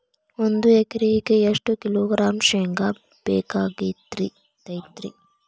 ಒಂದು ಎಕರೆಗೆ ಎಷ್ಟು ಕಿಲೋಗ್ರಾಂ ಶೇಂಗಾ ಬೇಕಾಗತೈತ್ರಿ?